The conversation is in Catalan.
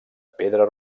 pedra